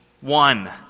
one